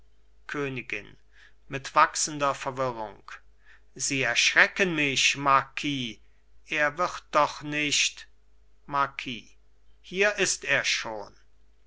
königin mit wachsender verwirrung sie erschrecken mich marquis er wird doch nicht marquis hier ist er schon